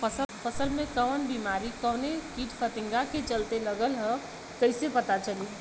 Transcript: फसल में कवन बेमारी कवने कीट फतिंगा के चलते लगल ह कइसे पता चली?